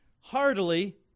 heartily